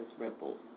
ripples